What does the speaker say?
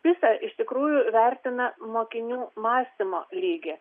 pisa iš tikrųjų vertina mokinių mąstymo lygį